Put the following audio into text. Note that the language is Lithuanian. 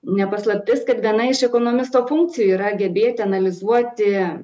ne paslaptis kad viena iš ekonomisto funkcijų yra gebėti analizuoti